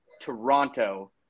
Toronto